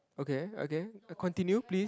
okay okay continue please